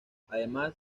además